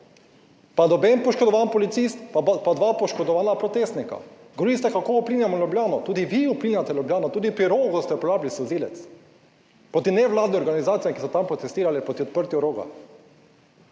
pa noben poškodovan policist pa dva poškodovana protestnika. Govorili ste kako vplinjamo v Ljubljano, tudi vi uplinjate Ljubljano, tudi pri Rogu ste uporabili solzivec proti nevladnim organizacijam, ki so tam protestirali proti odprtju Roga,